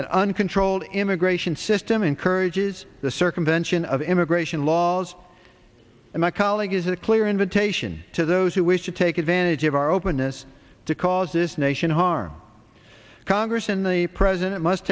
and uncontrolled immigration system encourage says the circumvention of immigration laws and my colleague is a clear invitation to those who wish to take advantage of our openness to cause this nation harm congress and the president must